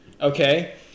Okay